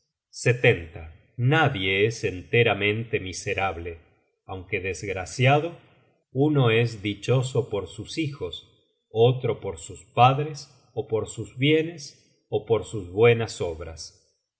obligaciones nadie es enteramente miserable aunque desgraciado uno es dichoso por sus hijos otro por sus padres ó por sus bienes ó por sus buenas obras